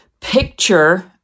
picture